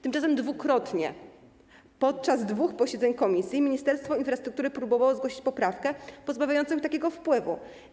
Tymczasem dwukrotnie podczas dwóch posiedzeń komisji Ministerstwo Infrastruktury próbowało zgłosić poprawkę pozbawiającą takiego wpływu.